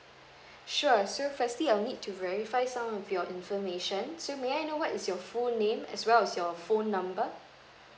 sure so firstly I'll need to verify some of your information so may I know what is your full name as well as your phone number